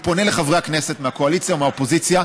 אני פונה אל חברי הכנסת מהקואליציה ומהאופוזיציה